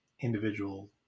individual